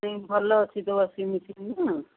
ନାଇଁ ଭଲ ଅଛି ତ ୱାସିଂ ମେସିନ୍ ନା